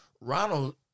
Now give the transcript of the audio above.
Ronald